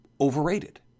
overrated